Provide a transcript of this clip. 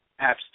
apps